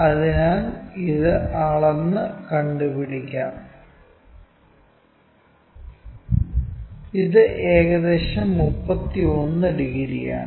അതിനാൽ ഇത് അളന്നു കണ്ടുപിടിക്കാം ഇത് ഏകദേശം 31 ഡിഗ്രിയാണ്